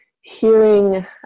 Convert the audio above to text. hearing